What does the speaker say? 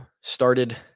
started